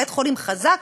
בית-חולים חזק,